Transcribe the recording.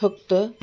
फक्त